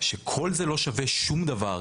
שכל זה לא שווה שום דבר,